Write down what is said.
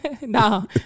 no